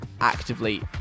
actively